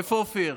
איפה אופיר?